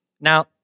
Now